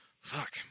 Fuck